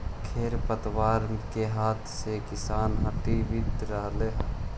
खेर पतवार के हाथ से किसान हटावित रहऽ हई